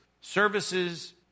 services